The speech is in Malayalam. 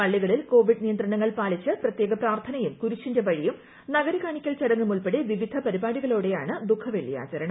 പള്ളികളിൽ കോവിഡ് നിയന്ത്രണങ്ങൾ പാലിച്ച് പ്രത്യേക പ്രാത്ഥനയും കുരിശ്ശിന്റെ വഴിയും നഗരി കാണിക്കൽ ചടങ്ങും ഉൾപ്പെടെ വിവധ പരിപാടികളോടെയാണ് ദുഖവെള്ളി ആചരണം